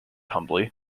humbly